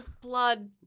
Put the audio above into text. blood